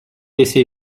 laissé